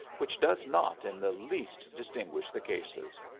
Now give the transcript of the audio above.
which does not in the least distinguish the cases.